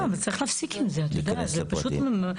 לא, אבל צריך להפסיק את זה, זה פשוט מקומם.